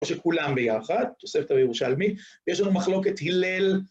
או שכולם ביחד, תוספת הירושלמי, ויש לנו מחלוקת הלל.